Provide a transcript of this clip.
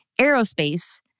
aerospace